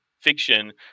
fiction